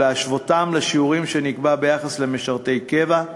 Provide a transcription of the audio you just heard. ולהשוותם לשיעורים שנקבעו ביחס למשרתי קבע,